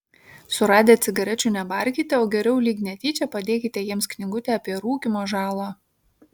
suradę cigarečių nebarkite o geriau lyg netyčia padėkite jiems knygutę apie rūkymo žalą